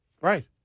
Right